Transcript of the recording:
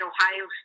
Ohio